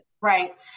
Right